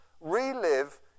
Relive